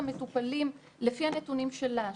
לפי הנתונים שלה,